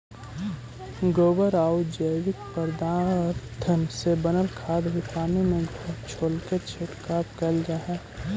गोबरआउ जैविक पदार्थ से बनल खाद भी पानी में घोलके छिड़काव कैल जा हई